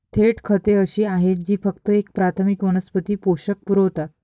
थेट खते अशी आहेत जी फक्त एक प्राथमिक वनस्पती पोषक पुरवतात